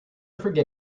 forget